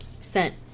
sent